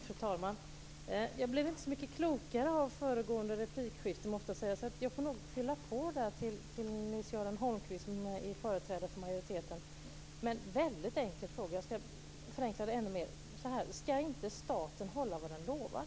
Fru talman! Jag blev inte så mycket klokare av föregående replikskifte, måste jag säga, så jag får nog fylla på här till Nils-Göran Holmqvist som företrädare för majoriteten med en väldigt enkel fråga. Jag ska förenkla den ännu mer: Ska inte staten hålla vad den lovar?